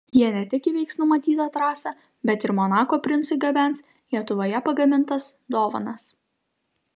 jie ne tik įveiks numatytą trasą bet ir monako princui gabens lietuvoje pagamintas dovanas